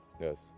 Yes